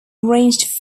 ranged